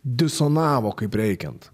disonavo kaip reikiant